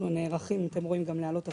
אנחנו כבר נערכים לעלות השחר.